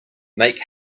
make